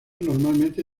normalmente